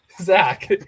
Zach